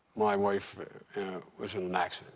my wife was in an accident,